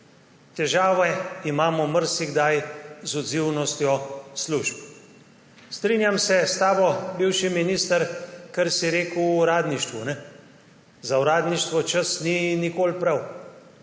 Težave imamo marsikdaj z odzivnostjo služb. Strinjam se s tabo, bivši minister, kar si rekel o uradništvu. Za uradništvo čas ni nikoli pravi.